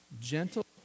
Gentle